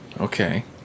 Okay